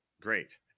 Great